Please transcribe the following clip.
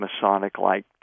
Masonic-like